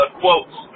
quotes